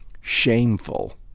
shameful